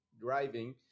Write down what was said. driving